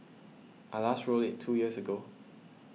I last rode it two years ago